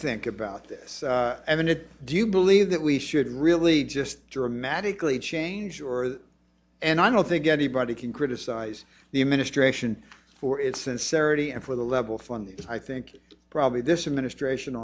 think about this i mean it do you believe that we should really just dramatically change or and i don't think anybody can criticize the administration for its sincerity and for the level of funding i think probably this administration